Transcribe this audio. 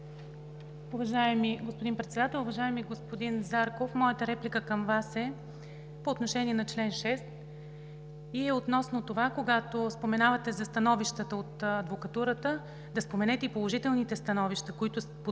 Уважаеми господин Председател! Уважаеми господин Зарков, моята реплика към Вас е по отношение на чл. 6 относно това, когато споменавате за становищата от Адвокатурата, да споменете и положителните становища в подкрепа